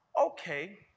okay